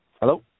Hello